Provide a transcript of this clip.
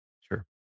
Sure